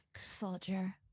Soldier